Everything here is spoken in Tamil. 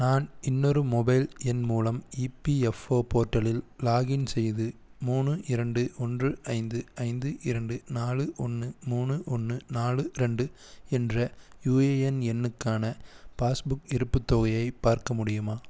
நான் இன்னொரு மொபைல் எண் மூலம் இபிஎஃப்ஓ போர்ட்டலில் லாக் இன் செய்து மூணு இரண்டு ஒன்று ஐந்து ஐந்து இரண்டு நாலு ஒன்று மூணு ஒன்று நாலு இரண்டு என்ற யூஏஎன் எண்ணுக்கான பாஸ்புக் இருப்புத் தொகையை பார்க்க முடியுமா